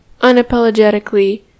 unapologetically